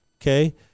okay